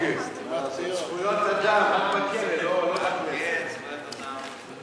ההצעה להעביר את הצעת חוק לתיקון פקודת בתי-הסוהר (מס' 43)